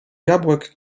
jabłek